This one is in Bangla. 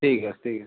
ঠিক আছে ঠিক আছে